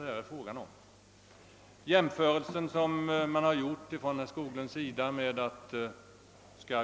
Herr Skoglunds jämförelse att man i så fall